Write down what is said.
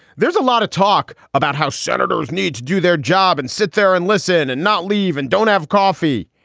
there's a lot of talk about how senators need to do their job and sit there and listen and not leave and don't have coffee.